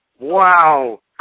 Wow